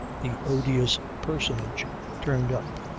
the odious personage turned up,